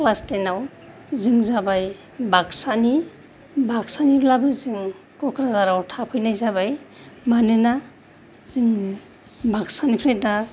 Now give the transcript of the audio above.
class टेनाव जों जाबाय बाक्सानि बाक्सानिब्लाबो जों क'क्राझाराव थाफैनाय जाबाय मानोना जोंनि बाक्सानिफ्राय दा